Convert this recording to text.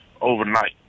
overnight